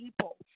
people